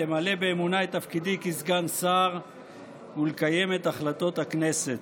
למלא באמונה את תפקידי כסגן שר ולקיים את החלטות הכנסת.